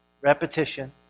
repetition